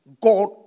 God